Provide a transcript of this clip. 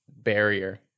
barrier